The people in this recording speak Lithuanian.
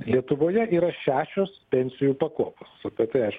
lietuvoje yra šešios pensijų pakopos apie tai aš